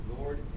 Lord